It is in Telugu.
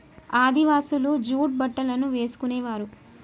ఆదివాసులు జూట్ బట్టలను వేసుకునేవారు